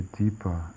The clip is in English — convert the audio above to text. deeper